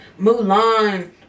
mulan